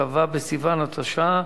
כ"ו בסיוון התשע"א,